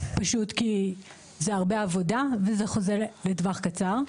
כי זו הרבה עבודה וחוזה לטווח קצר.